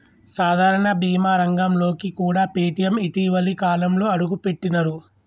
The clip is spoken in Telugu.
సాధారణ బీమా రంగంలోకి కూడా పేటీఎం ఇటీవలి కాలంలోనే అడుగుపెట్టినరు